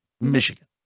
Michigan